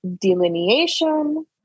delineation